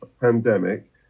pandemic